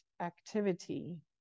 activity